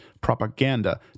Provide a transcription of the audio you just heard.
propaganda